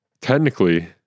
Technically